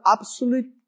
absolute